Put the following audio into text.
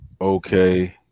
okay